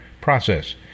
process